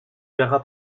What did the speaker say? haras